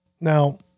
Now